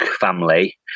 family